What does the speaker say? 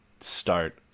start